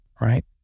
right